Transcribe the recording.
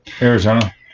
Arizona